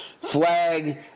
flag